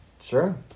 Sure